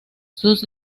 sus